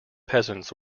peasants